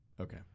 Okay